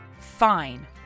Fine